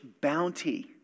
bounty